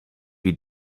wie